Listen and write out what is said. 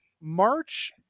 March